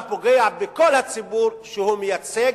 אתה פוגע בכל הציבור שהוא מייצג,